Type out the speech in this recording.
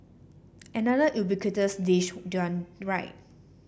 another ubiquitous dish done right